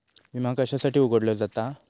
विमा कशासाठी उघडलो जाता?